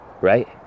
right